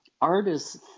artists